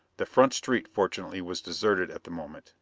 the front street fortunately was deserted at the moment.